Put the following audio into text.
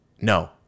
No